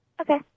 Okay